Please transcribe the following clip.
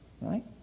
Right